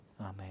Amen